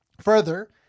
Further